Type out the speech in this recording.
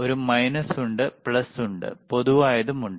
ഒരു മൈനസ് ഉണ്ട് പ്ലസ് ഉണ്ട് പൊതുവായതും ഉണ്ട്